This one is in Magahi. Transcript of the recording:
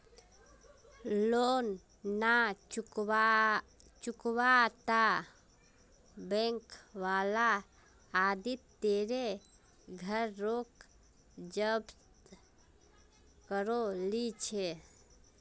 लोन ना चुकावाता बैंक वाला आदित्य तेरे घर रोक जब्त करो ली छे